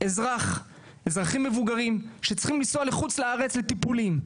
אזרחים מבוגרים שצריכים לנסוע לחוץ לארץ לטיפולים,